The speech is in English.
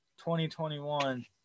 2021